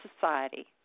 society